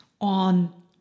on